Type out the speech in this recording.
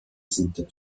centre